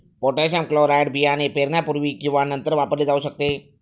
potassium chloride बियाणे पेरण्यापूर्वी किंवा नंतर वापरले जाऊ शकते